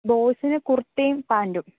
ബോയ്സിന് കുർത്തയും പാൻറും